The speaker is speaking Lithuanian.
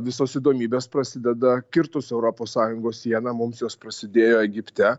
visos įdomybės prasideda kirtus europos sąjungos sieną mums jos prasidėjo egipte